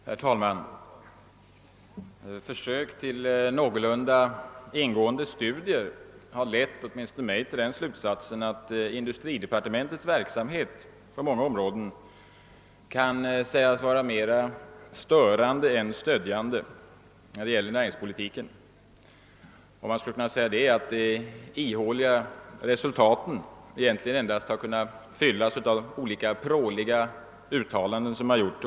Herr talman! Försök till någorlunda ingående studier har lett åtminstone mig till den slutsatsen att industridepartementets verksamhet på många områden kan sägas vara mera störande än stödjande när det gäller näringspolitiken. Man skulle kunna säga att de ihåliga resultaten egentligen endast har kunnat fyllas av de pråliga uttalanden som har gjorts.